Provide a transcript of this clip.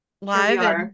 live